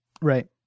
Right